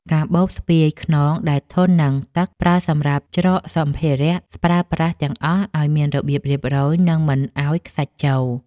កាបូបស្ពាយខ្នងដែលធន់នឹងទឹក ប្រើសម្រាប់ច្រកសម្ភារៈប្រើប្រាស់ទាំងអស់ឱ្យមានរបៀបរៀបរយ និងមិនឱ្យខ្សាច់ចូល។